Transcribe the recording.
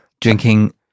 drinking